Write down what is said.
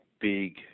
big